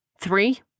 Three